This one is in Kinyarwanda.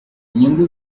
inyungu